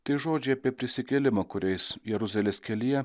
tie žodžiai apie prisikėlimą kuriais jeruzalės kelyje